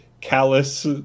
callous